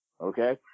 okay